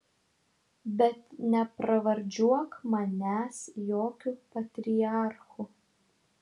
bet nepravardžiuok manęs jokiu patriarchu